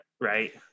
right